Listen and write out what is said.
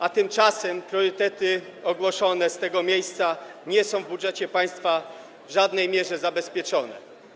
A tymczasem priorytety ogłoszone z tego miejsca nie są w budżecie państwa w żadnej mierze zabezpieczone.